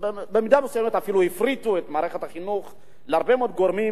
במידה מסוימת אפילו הפריטו את מערכת החינוך להרבה מאוד גורמים,